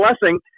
blessing